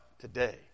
today